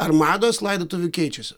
ar mados laidotuvių keičiasi